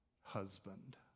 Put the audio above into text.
husband